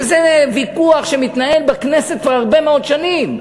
וזה ויכוח שמתנהל בכנסת כבר הרבה מאוד שנים,